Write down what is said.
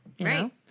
Right